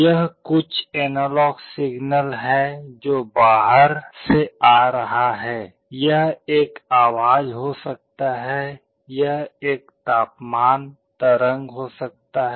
यह कुछ analogue signal है जो बाहर से आ रहा है यह एक आवाज हो सकता है यह एक तापमान तरंग हो सकता है